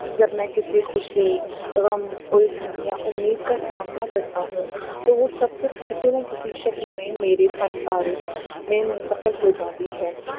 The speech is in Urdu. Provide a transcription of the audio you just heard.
جب میں کسی خوشی غم الجھن یا امید کا سامنا کرتا ہوں تو وہ سب کچھ کسی نہ کسی شکل میں میرے فن پاروں میں منتقل ہو جاتی ہے